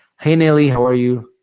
haley, how are you?